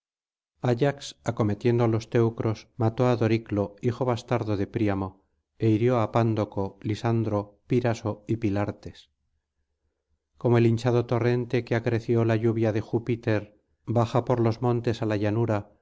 ayax acometiendo á los teucros mató á doriclo hijo bastardo de príamo é hirió á pándoco lisandro píraso y pilartes como el hinchado torrente que acreció la lluvia de júpiter bajapor los montes á la llanura